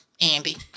Andy